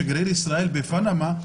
שגריר ישראל בפנמה,